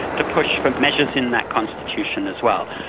to push for measures in that constitution as well.